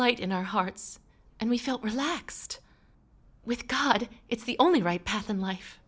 light in our hearts and we felt relaxed with god it's the only right path in life